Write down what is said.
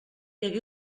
hagué